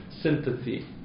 sympathy